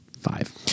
five